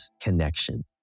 connection